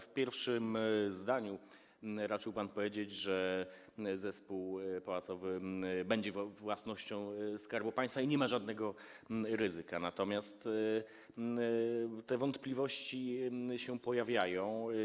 W pierwszym zdaniu raczył pan powiedzieć, że zespół pałacowy będzie własnością Skarbu Państwa i nie ma żadnego ryzyka, jednak te wątpliwości się pojawiają.